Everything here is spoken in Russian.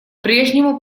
прежнему